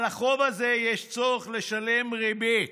על החוב הזה יש צורך לשלם ריבית.